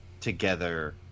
together